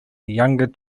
younger